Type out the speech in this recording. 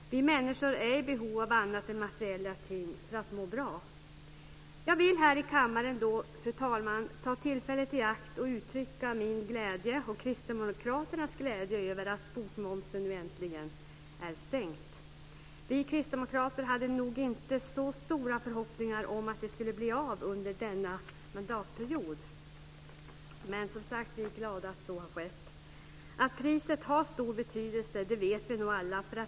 Vi människor är i behov av annat än materiella ting för att må bra. Jag vill här i kammaren, fru talman, ta tillfället i akt att uttrycka min glädje, och Kristdemokraternas glädje, över att bokmomsen äntligen är sänkt. Vi kristdemokrater hade nog inte så stora förhoppningar om att det skulle bli av under denna mandatperiod, men vi är som sagt glada att så har skett. Att priset har stor betydelse vet vi nog alla.